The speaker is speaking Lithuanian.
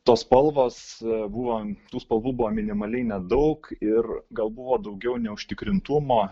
tos spalvos buvo tų spalvų buvo minimaliai nedaug ir gal buvo daugiau neužtikrintumo